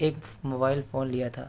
ایک mobile phone لیا تھا